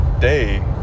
day